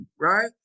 Right